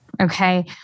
Okay